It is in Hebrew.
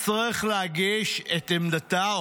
תצטרך להגיש את עמדתה,